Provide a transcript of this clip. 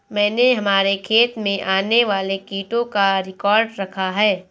मैंने हमारे खेत में आने वाले कीटों का रिकॉर्ड रखा है